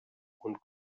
und